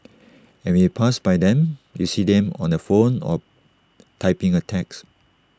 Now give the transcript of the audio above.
and when you pass by them you see them on the phone or typing A text